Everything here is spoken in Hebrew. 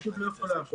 פשוט לא יוכלו לעבוד.